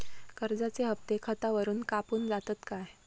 कर्जाचे हप्ते खातावरून कापून जातत काय?